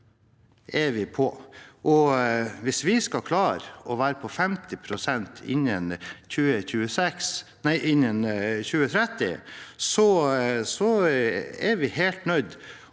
hvis vi skal klare å være på 50 pst. innen 2030, er vi helt nødt